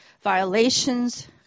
violations